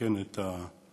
לתקן את החוק